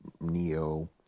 Neo